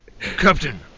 Captain